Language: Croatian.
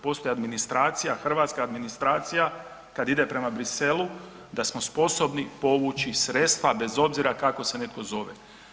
Postoji administracija, hrvatska administracija kad ide prema Bruxellesu da smo sposobni povući sredstva bez obzira kako se netko zove.